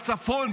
בצפון,